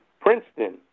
Princeton